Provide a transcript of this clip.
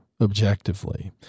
objectively